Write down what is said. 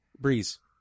Breeze